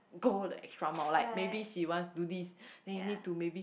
go the extra mile like maybe she wants do this then you need to maybe